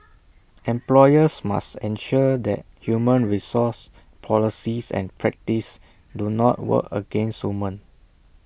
employers must ensure that human resource policies and practices do not work against women